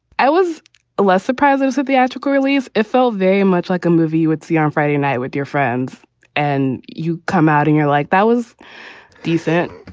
i was less surprised was a theatrical release. it felt very much like a movie you would see on friday night with your friends and you come out and you're like, that was decent,